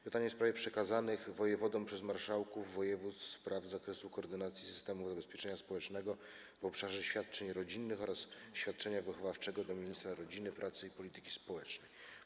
Pytanie w sprawie przekazanych wojewodom przez marszałków województw spraw z zakresu koordynacji systemów zabezpieczenia społecznego w obszarze świadczeń rodzinnych oraz świadczenia wychowawczego jest kierowane do ministra rodziny, pracy i polityki społecznej.